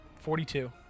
Forty-two